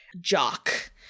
jock